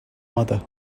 mother